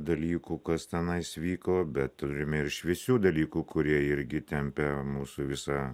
dalykų kas tenais vyko bet turime ir šviesių dalykų kurie irgi tempė mūsų visą